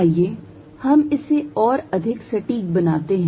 आइए हम इसे और अधिक सटीक बनाते हैं